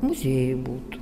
muziejuj būtų